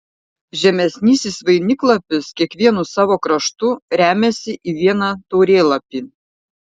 žemesnysis vainiklapis kiekvienu savo kraštu remiasi į vieną taurėlapį